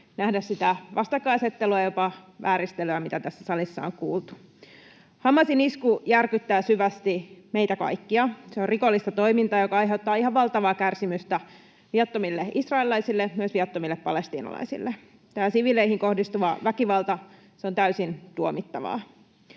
nähdä sitä vastakkainasettelua, jopa vääristelyä, mitä tässä salissa on kuultu. Hamasin isku järkyttää syvästi meitä kaikkia. Se on rikollista toimintaa, joka aiheuttaa ihan valtavaa kärsimystä viattomille israelilaisille, myös viattomille palestiinalaisille. Tämä siviileihin kohdistuva väkivalta on täysin tuomittavaa.